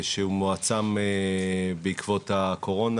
שהוא מועצם בעקבות הקורונה.